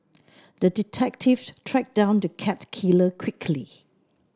the detective tracked down the cat killer quickly